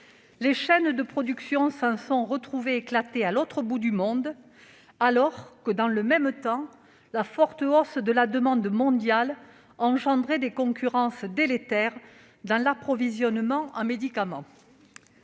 Les chaînes de production s'en sont retrouvées éclatées à l'autre bout du monde, alors que, dans le même temps, la forte hausse de la demande mondiale suscitait des concurrences délétères dans l'approvisionnement en médicaments.